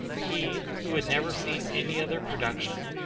he, who had never seen any other production?